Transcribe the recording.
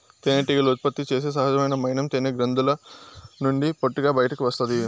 తేనెటీగలు ఉత్పత్తి చేసే సహజమైన మైనము తేనె గ్రంధుల నుండి పొట్టుగా బయటకు వస్తాది